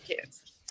kids